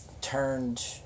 turned